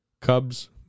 Cubs